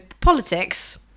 politics